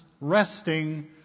resting